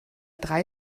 drei